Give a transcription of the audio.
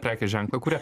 prekės ženklą kuria